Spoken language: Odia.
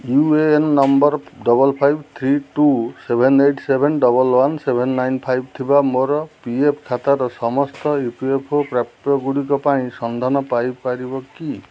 you A N number double five three two seven eight seven double one seven nine five ଥିବା ମୋର ପି ଏଫ୍ ଖାତାର ସମସ୍ତ ଇ ପି ଏଫ୍ ଓ ପ୍ରାପ୍ୟଗୁଡ଼ିକ ପାଇଁ ସନ୍ଧାନ କରିପାରିବ କି